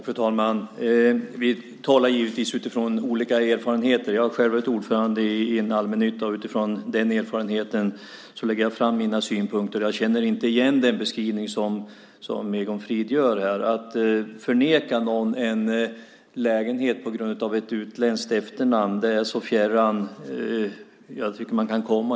Fru talman! Vi talar givetvis utifrån olika erfarenheter. Jag har själv varit ordförande i allmännyttan, och utifrån den erfarenheten lägger jag fram mina synpunkter. Jag känner inte igen den beskrivning som Egon Frid ger här. Att förneka någon en lägenhet på grund av ett utländskt efternamn är så fjärran som jag tycker att man kan komma.